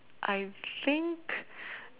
I think